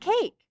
cake